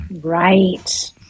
Right